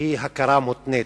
היא הכרה מותנית,